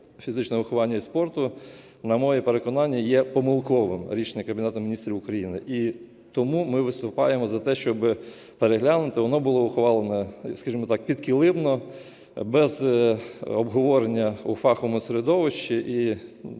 фізичного виховання і спорту, на моє переконання, є помилковим рішенням Кабінету Міністрів України. І тому ми виступаємо за те, щоби переглянути. Воно було ухвалено, скажімо так, "підкилимно", без обговорення у фаховому середовищі.